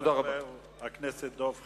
תודה לחבר הכנסת דב חנין.